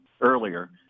earlier